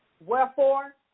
wherefore